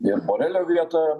ir borelio vieta